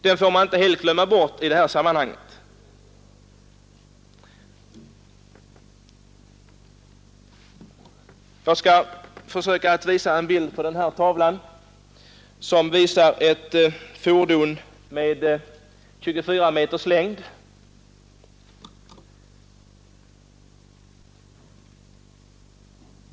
Jag skall visa två exempel på kammarens interna TV-skärm. Min första bild föreställer ett styckegodsfordon med 24 meters längd.